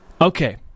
okay